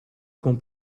con